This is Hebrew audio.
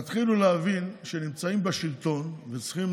שתתחילו להבין שכשנמצאים בשלטון וצריכים